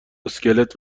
اسکلت